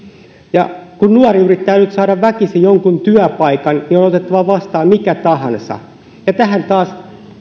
kun nuori yrittää nyt saada väkisin jonkun työpaikan niin on otettava vastaan mikä tahansa ja kun tähän taas